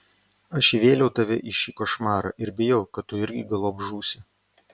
aš įvėliau tave į šį košmarą ir bijau kad tu irgi galop žūsi